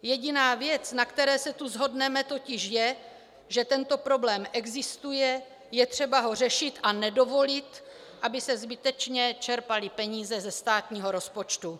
Jediná věc, na které se tu shodneme, totiž je, že tento problém existuje, je třeba ho řešit a nedovolit, aby se zbytečně čerpaly peníze ze státního rozpočtu.